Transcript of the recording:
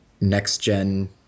next-gen